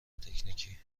تکنیکی